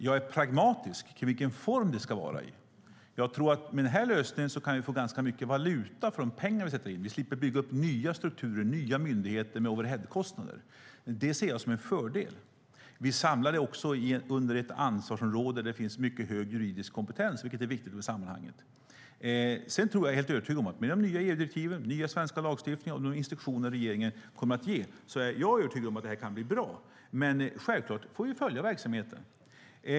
Jag är pragmatisk när det gäller vilken form det ska ha. Jag tror att vi med den här lösningen kan få ganska mycket valuta för de pengar vi sätter in. Vi slipper bygga upp nya strukturer och myndigheter med overheadkostnader. Det ser jag som en fördel. Vi samlar det också under ett ansvarsområde där det finns mycket hög juridisk kompetens, vilket är viktigt i sammanhanget. Sedan är jag helt övertygad om att med de nya EU-direktiven och den nya svenska lagstiftningen och de instruktioner regeringen kommer att ge så kan detta bli bra. Men vi får självfallet följa verksamheten.